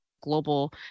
global